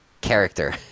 character